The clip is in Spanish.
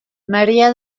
maría